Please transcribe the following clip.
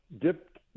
dipped